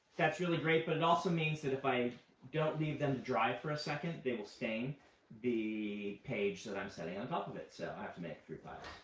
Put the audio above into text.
that's really great, but it also means that if i don't leave them dry for a second they will stain the page that i'm setting on top of it. so i have to make three but